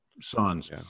sons